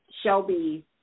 Shelby